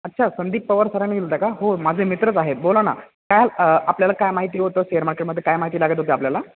अच्छा संदीप पवार सरानी इलता का हो माझे मित्रच आहेत बोला ना काय आपल्याला काय माहिती होतं शेअर मार्केटमध्ये काय माहिती लागत होती आपल्याला